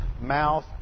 mouth